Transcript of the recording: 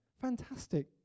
fantastic